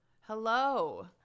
Hello